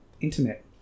internet